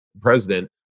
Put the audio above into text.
president